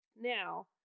Now